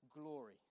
glory